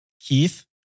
Keith